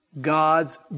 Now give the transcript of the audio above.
God's